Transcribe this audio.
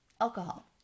alcohol